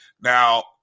Now